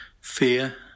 fear